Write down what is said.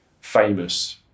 famous